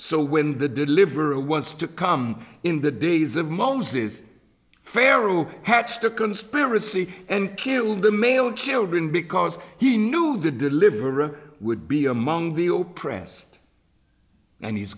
so when the deliver a was to come in the days of most is pharaoh hatched a conspiracy and killed the male children because he knew the deliverer would be among the all pressed and he's